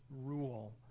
rule